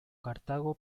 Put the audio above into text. cartago